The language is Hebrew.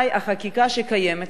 זו החקיקה שיש לנו,